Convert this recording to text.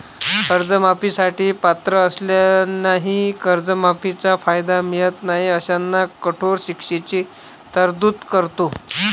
कर्जमाफी साठी पात्र असलेल्यांनाही कर्जमाफीचा कायदा मिळत नाही अशांना कठोर शिक्षेची तरतूद करतो